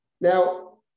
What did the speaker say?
Now